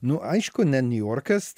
nu aišku ne niujorkas